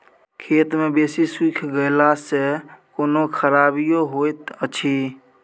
खेत मे बेसी सुइख गेला सॅ कोनो खराबीयो होयत अछि?